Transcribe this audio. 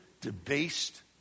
debased